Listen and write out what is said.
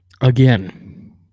Again